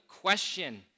question